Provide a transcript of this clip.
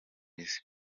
isi